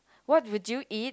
what would you eat